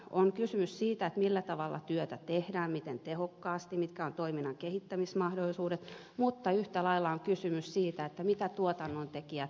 on kysymys siitä millä tavalla työtä tehdään miten tehokkaasti mitkä ovat toiminnan kehittämismahdollisuudet mutta yhtä lailla on kysymys siitä mitä tuotannontekijät maksavat